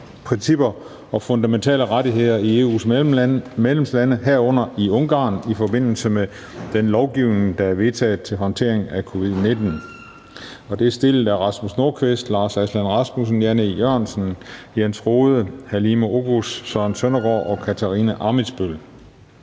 retsstatsprincipper og fundamentale rettigheder i EU's medlemslande, herunder i Ungarn i forbindelse med den lovgivning, der er vedtaget til håndteringen af covid-19. Af Rasmus Nordqvist (UFG), Lars Aslan Rasmussen (S), Jan E. Jørgensen (V), Jens Rohde (RV), Halime Oguz (SF), Søren Søndergaard (EL) og Katarina Ammitzbøll